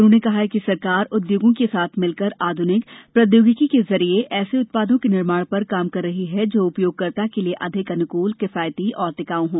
उन्होंने कहा कि सरकार उद्योगों के साथ मिलकर आधुनिक प्रौद्योगिकी के जरिये ऐसे उत्पादों के निर्माण पर काम कर रही है जो उपयोगकर्ताओं के लिए अधिक अनुकूल किफायती और टिकाऊ हो